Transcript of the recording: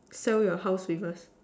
sell your house with us